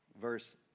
verse